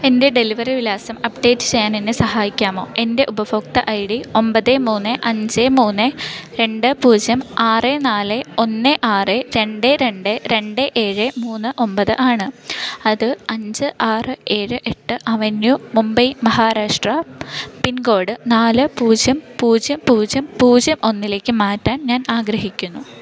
എന്റെ ഡെലിവറീ വിലാസം അപ്ഡേറ്റ് ചെയ്യാൻ എന്നെ സഹായിക്കാമോ എന്റെ ഉപഭോക്ത്യ ഐ ഡി ഒൻപത് മൂന്ന് അഞ്ച് മൂന്ന് രണ്ട് പൂജ്യം ആറ് നാല് ഒന്ന് ആറ് രണ്ട് രണ്ട് രണ്ട് ഏഴ് മൂന്ന് ഒൻപത് ആണ് അത് അഞ്ച് ആറ് ഏഴ് എട്ട് അവന്യൂ മുംബൈ മഹാരാഷ്ട്ര പിൻകോഡ് നാല് പൂജ്യം പൂജ്യം പൂജ്യം പൂജ്യം ഒന്നിലേക്ക് മാറ്റാൻ ഞാൻ ആഗ്രഹിക്കുന്നു